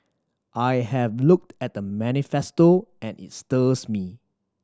I have looked at the manifesto and it's stirs me